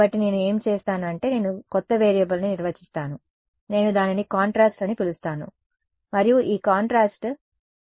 కాబట్టి నేను ఏమి చేస్తాను అంటే నేను కొత్త వేరియబుల్ని నిర్వచిస్తాను నేను దానిని కాంట్రాస్ట్ అని పిలుస్తాను మరియు ఆ కాంట్రాస్ట్ కేవలం ఈ εr − 1